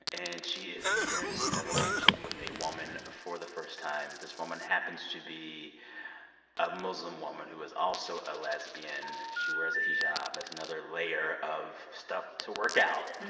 and she is experiencing a relationship with a woman for the first time. this woman happens to be a muslim woman who is also a lesbian. she wears a hijab. that's another layer of stuff to work out.